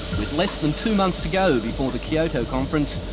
with less than two months to go before the kyoto conference,